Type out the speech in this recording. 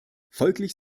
folglich